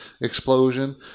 explosion